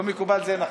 לא מקובל, זה נכון.